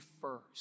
first